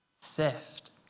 theft